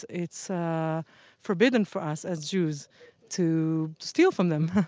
it's forbidden for us as jews to steal from them,